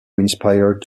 inspired